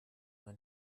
ein